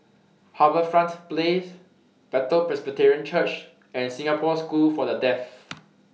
HarbourFront Place Bethel Presbyterian Church and Singapore School For The Deaf